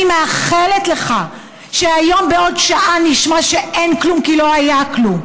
אני מאחלת לך שהיום בעוד שעה נשמע שאין כלום כי לא היה כלום,